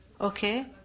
Okay